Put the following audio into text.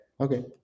Okay